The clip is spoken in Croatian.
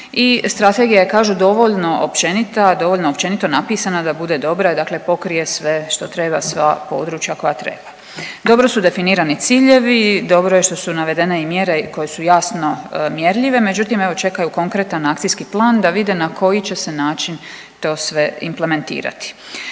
i Strategija je kažu dovoljno općenita, dovoljno općenito napisana da bude dobra i dakle pokrije sve što treba, sva područja koja treba. Dobro su definirani ciljevi, dobro je što su navedene i mjere koje su jasno mjerljive, međutim evo čekaju konkretan akcijski plan da vide na koji će se način to sve implementirati.